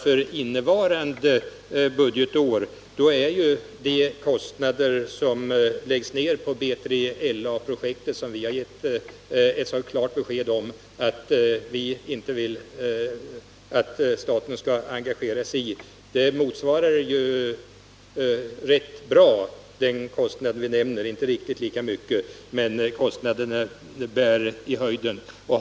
För innevarande budgetår motsvarar de kostnader som läggs ned på BJLA projektet — som vi har gett klara besked om att vi inte vill att staten skall engagera sig i — ganska bra det belopp som vi nämner. Det är inte riktigt lika mycket, men kostnaderna för det projektet går i höjden!